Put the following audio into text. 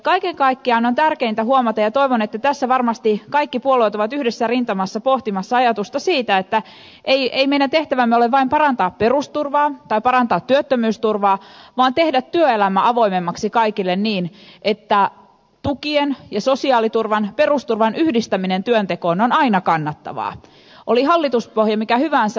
kaiken kaikkiaan on tärkeintä huomata ja toivon että tässä varmasti kaikki puolueet ovat yhdessä rintamassa pohtimassa ajatusta siitä että ei meidän tehtävämme ole vain parantaa perusturvaa tai parantaa työttömyysturvaa vaan tehdä työelämä avoimemmaksi kaikille niin että tukien ja sosiaaliturvan perusturvan yhdistäminen työntekoon on aina kannattavaa oli hallituspohja mikä hyvänsä